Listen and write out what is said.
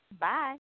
Bye